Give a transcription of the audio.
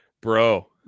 Bro